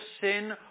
sin